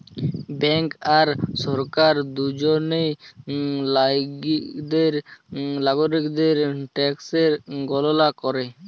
bank আর সরকার দুজলই লাগরিকদের ট্যাকসের গললা ক্যরে